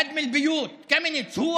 הביא להרס הבתים באמצעות חוק קמיניץ,